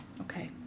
Okay